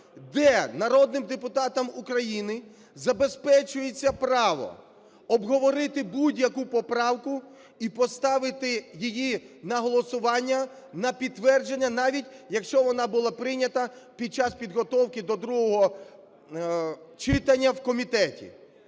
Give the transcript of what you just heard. де народним депутатам забезпечується право обговорити будь-яку поправку і поставити її на голосування на підтвердження, навіть якщо вона була прийнята під час підготовки до другого читання в комітеті.